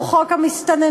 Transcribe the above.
שהוא חוק המסתננים,